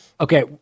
Okay